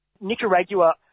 Nicaragua